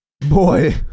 Boy